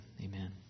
Amen